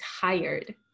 tired